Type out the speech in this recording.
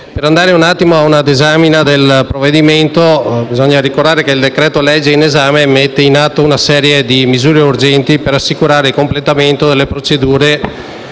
Passando alla disamina del provvedimento, bisogna ricordare che il decreto‑legge in esame mette in atto una serie di misure urgenti per assicurare il completamento delle procedure